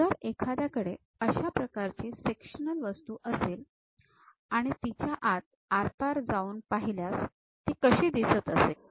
जर एखाद्याकडे जर अशा प्रकारची सेक्शनल वस्तू असेल आणि तिच्या आत आरपार जाऊन पाहिल्यास ती कशी दिसत असेल